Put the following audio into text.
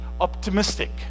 optimistic